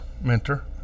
mentor